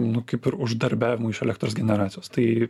nu kaip ir uždarbiavimui iš elektros generacijos tai